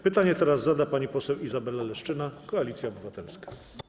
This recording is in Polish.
Pytanie teraz zada pani poseł Izabela Leszczyna, Koalicja Obywatelska.